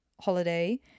holiday